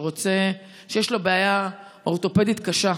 שיש לו בעיה אורתופדית קשה,